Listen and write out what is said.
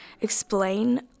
explain